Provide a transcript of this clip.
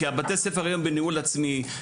כי בתי הספר היום בניהול עצמי,